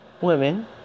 women